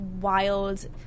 wild